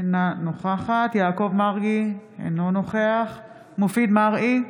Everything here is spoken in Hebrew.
אינה נוכחת יעקב מרגי, אינו נוכח מופיד מרעי,